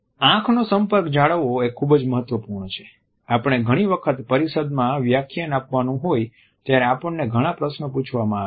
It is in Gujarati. આંખનો સંપર્ક જાળવવોએ ખૂબજ મહત્વપૂર્ણ છે આપણે ઘણી વખત પરિષદમાં વ્યાખ્યાન આપવાનું હોય ત્યારે આપણને ઘણા પ્રશ્નો પૂછવામાં આવે છે